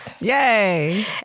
Yay